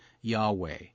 Yahweh